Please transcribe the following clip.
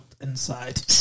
inside